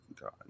God